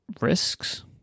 risks